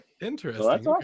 interesting